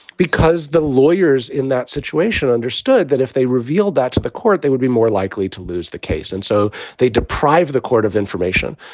because the lawyers in that situation understood that if they revealed that to the court, they would be more likely to lose the case. and so they deprive the court of information.